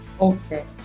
okay